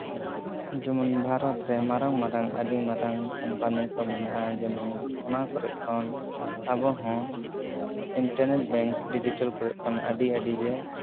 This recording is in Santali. ᱡᱮᱢᱚᱱ ᱵᱷᱟᱨᱚᱛ ᱨᱮ ᱢᱟᱨᱟᱝ ᱢᱟᱨᱟᱝ ᱟᱹᱰᱤ ᱢᱟᱨᱟᱝ ᱠᱳᱢᱯᱟᱱᱤ ᱠᱚ ᱢᱮᱱᱟᱜᱼᱟ ᱡᱮᱢᱚᱱ ᱚᱱᱟ ᱠᱚᱨᱮᱫ ᱠᱷᱚᱱ ᱟᱵᱚ ᱦᱚᱸ ᱤᱱᱴᱟᱨᱱᱮᱴ ᱵᱮᱝᱠ ᱰᱤᱡᱤᱴᱟᱞ ᱠᱚᱨᱮᱫ ᱠᱷᱚᱱᱟᱜ ᱟᱹᱰᱤ ᱟᱹᱰᱤ ᱜᱮ